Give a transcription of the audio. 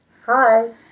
Hi